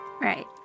Right